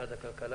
משרד הכלכלה,